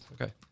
Okay